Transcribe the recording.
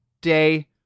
Day